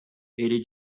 ele